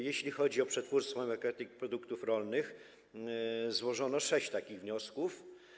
Jeśli chodzi o przetwórstwo i marketing produktów rolnych, złożono sześć takich wniosków.